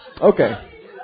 Okay